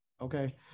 Okay